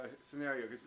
scenario